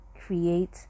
create